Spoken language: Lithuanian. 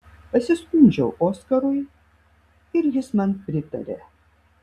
pasiskundžiau oskarui ir jis man pritarė